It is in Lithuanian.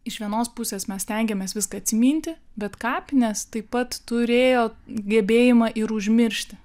iš vienos pusės mes stengiamės viską atsiminti bet kapinės taip pat turėjo gebėjimą ir užmiršti